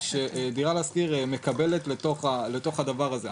ש"דירה להשכיר" מקבלת לתוך הדבר הזה.